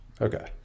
Okay